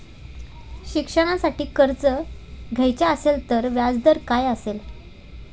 शिक्षणासाठी कर्ज घ्यायचे असेल तर व्याजदर काय असेल?